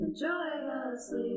joyously